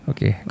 Okay